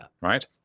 right